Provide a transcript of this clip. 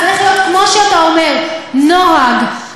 זה צריך להיות, כמו שאתה אומר, נוהג.